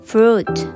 Fruit